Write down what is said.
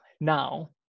now